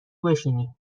بشینیم